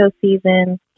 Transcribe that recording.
season